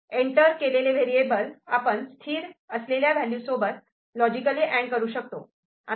enter केलेले variable आपण स्थिर असलेल्या व्हॅल्यू सोबत लॉजिकली अँड करू शकतो